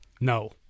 No